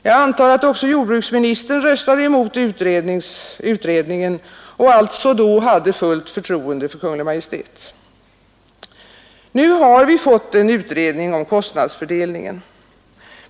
Jag antar att också jordbruksministern röstade emot utredningen och alltså då hade fullt förtroende för Kungl. Maj:t. Nu har vi fått en utredning om kostnadsfördelningen.